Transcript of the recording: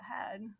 ahead